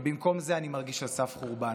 ובמקום זה אני מרגיש על סף חורבן.